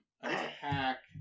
attack